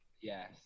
yes